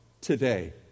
today